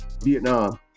Vietnam